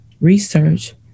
research